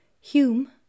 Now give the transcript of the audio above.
Hume